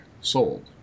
sold